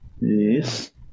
Yes